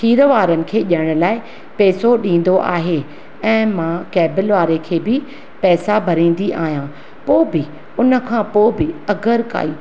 खीरु वारनि खे ॾियण लाइ पैसो ॾींदो आहे ऐं मां केबल वारे खें बि पैसा भरंदी आहियां पोइ बि हुन खां पोइ बि अगरि काई